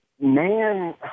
man